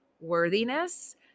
worthiness